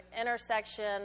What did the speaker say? intersection